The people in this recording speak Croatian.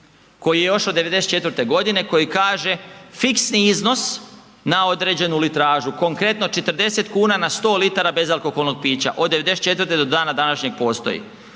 koji je još od '94.g. koji kaže fiksni iznos na određenu litražu, konkretno 40,00 kn na 100 litara bezalkoholnog pića od '94. do dana današnjeg postoji,